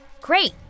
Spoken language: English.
Great